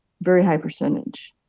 very high percentage.